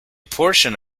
portion